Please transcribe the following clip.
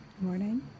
morning